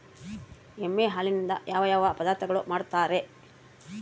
ಎಮ್ಮೆ ಹಾಲಿನಿಂದ ಯಾವ ಯಾವ ಪದಾರ್ಥಗಳು ಮಾಡ್ತಾರೆ?